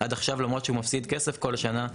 למרות שהוא מפסיד כסף כל השנה,